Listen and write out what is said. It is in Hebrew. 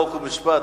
חוק ומשפט,